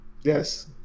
Yes